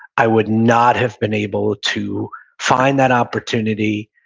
i would not have been able to find that opportunity,